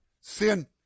Sin